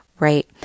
right